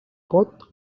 pot